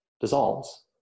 dissolves